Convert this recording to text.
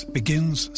begins